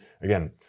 again